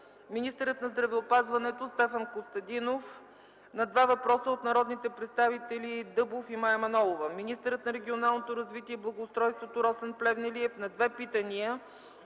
министърът на здравеопазването Стефан Константинов на два въпроса от народните представители Димитър Дъбов и Мая Манолова; - министърът на регионалното развитие и благоустройството Росен Плевнелиев на две питания